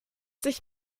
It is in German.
sich